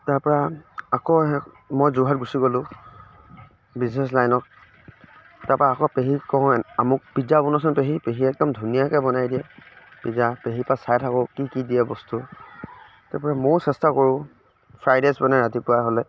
তাৰ পৰা আকৌ সেই মই যোৰহাট গুচি গ'লোঁ বিজনেছ লাইনত তাৰ পৰা আকৌ পেহীক কওঁ এন আমুক পিজ্জা বনোৱাচোন পেহী পেহীয়ে একদম ধুনীয়াকে বনাই দিয়ে পিজ্জা পেহীৰ পৰা চাই থাকোঁ কি কি দিয়ে বস্তু তাৰ পৰা ময়ো চেষ্টা কৰোঁ ফ্ৰাইড ৰাইচ বনাই ৰাতিপুৱা হ'লে